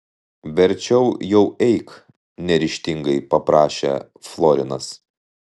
verčiau jau eik neryžtingai paprašė florinas